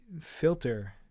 filter